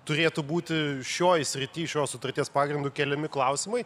turėtų būti šioj srity šios sutarties pagrindu keliami klausimai